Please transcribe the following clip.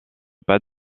pas